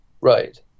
right